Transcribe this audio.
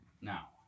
Now